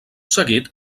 seguit